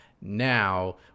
Now